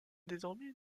désormais